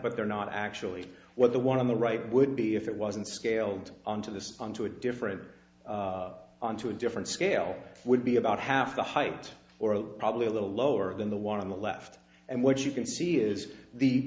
but they're not actually what the one on the right would be if it wasn't scaled on to the sun to a different onto a different scale would be about half the height or probably a little lower than the one on the left and what you can see is the